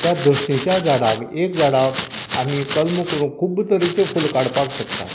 त्या दसणिच्या झाडांक एक झाडाक आमी कलमां करूंक खूब्ब तरेचे फुलां काडपाक शकतात